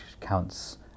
counts